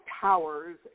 towers